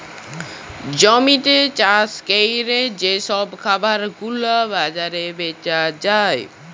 জমিতে চাষ ক্যরে যে সব খাবার গুলা বাজারে বেচা যায়